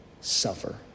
suffer